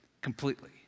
completely